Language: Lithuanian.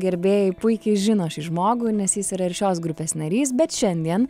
gerbėjai puikiai žino šį žmogų nes jis yra ir šios grupės narys bet šiandien